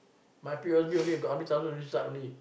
my P_O_S_B only got how many thousand inside only